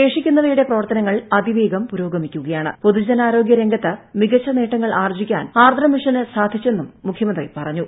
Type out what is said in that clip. ശേഷിക്കുന്നവയുടെ പ്രവർത്തനങ്ങൾ അതിവേഗ്കാി പൊതുജനാരോഗൃ രംഗത്ത് മികച്ചു നേട്ടങ്ങൾ ആർജിക്കാൻ ആർദ്രം മിഷന് സാധിച്ചെന്നും മുഖ്യമീന്ത്രി പറഞ്ഞു